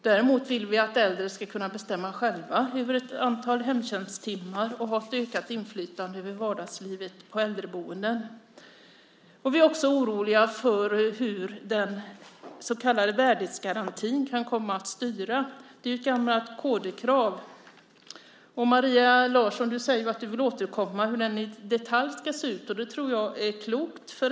Däremot vill vi att äldre ska kunna bestämma själva över ett antal hemtjänsttimmar och ha ökat inflytande över vardagslivet på äldreboenden. Vi är också oroliga för hur den så kallade värdighetsgarantin kan komma att styra. Den är ett gammalt kd-krav. Maria Larsson säger att hon vill återkomma om hur den i detalj ska se ut, och det tror jag är klokt.